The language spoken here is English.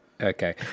Okay